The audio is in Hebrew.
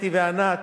אתי וענת,